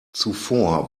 zuvor